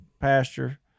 pasture